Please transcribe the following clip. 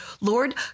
Lord